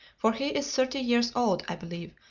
for he is thirty years old, i believe,